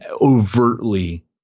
overtly